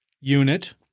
unit